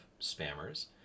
spammers